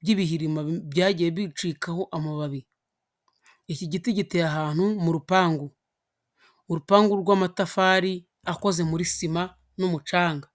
by'ibihirima byagiye bicikaho amababi. Iki giti giteye ahantu mu rupangu, urupangu rwamatafari akoze muri sima n'umucanga.